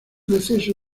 deceso